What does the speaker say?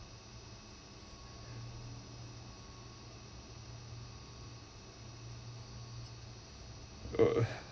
uh